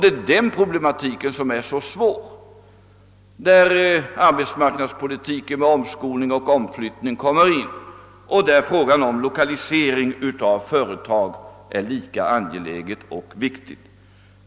Det är denna problematik som är så svår, och det är i detta sammanhang som arbetsmarknadspolitiken, innefattande omskolning och omflyttning av arbetskraft, sätts in. Därvidlag är också frågan om lokalisering av företag lika angelägen och viktig.